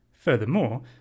Furthermore